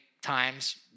times